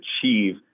achieve